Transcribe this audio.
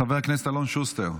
חבר הכנסת אלון שוסטר.